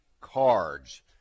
cards